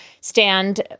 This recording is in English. stand